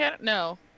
No